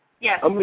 Yes